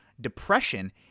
depression